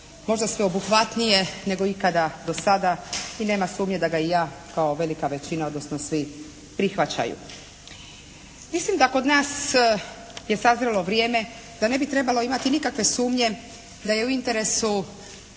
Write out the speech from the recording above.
možda sveobuhvatnije nego ikada do sada i nema sumnje da ga i ja kao i velika većina odnosno svi prihvaćaju. Mislim da kod nas je sazrilo vrijeme da ne bi trebalo imati nikakve sumnje da je u interesu